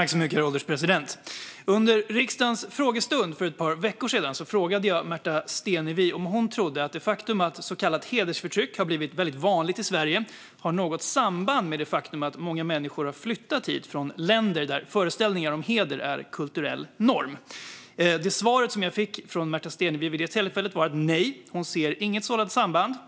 Herr ålderspresident! Under riksdagens frågestund för ett par veckor sedan frågade jag Märta Stenevi om hon trodde att det faktum att så kallat hedersförtryck har blivit väldigt vanligt i Sverige har något samband med det faktum att många människor har flyttat hit från länder där föreställningar om heder är kulturell norm. Svaret jag fick från Märta Stenevi vid det tillfället var ett nej. Hon ser inget sådant samband.